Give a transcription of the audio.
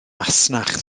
masnach